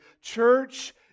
Church